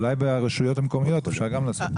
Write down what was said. אולי ברשויות המקומיות אפשר גם לעשות את זה.